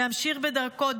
להמשיך בדרכו,